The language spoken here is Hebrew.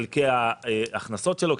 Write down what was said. חלקי ההכנסות שלו,